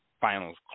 finals